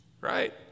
right